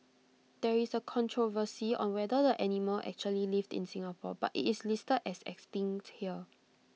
there is controversy on whether the animal actually lived in Singapore but IT is listed as 'Extinct' here